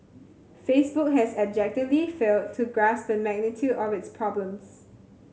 Facebook has abjectly failed to grasp the magnitude of its problems